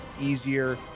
easier